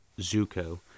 Zuko